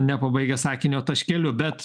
nepabaigęs sakinio taškeliu bet